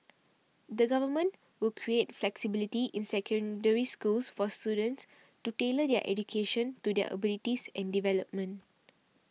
the Government will create flexibility in Secondary Schools for students to tailor their education to their abilities and development